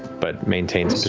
but maintains